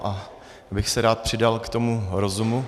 Já bych se rád přidal k tomu rozumu.